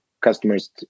customers